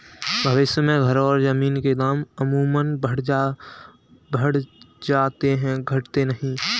भविष्य में घर और जमीन के दाम अमूमन बढ़ जाते हैं घटते नहीं